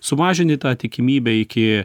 sumažini tą tikimybę iki